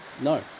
No